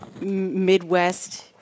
midwest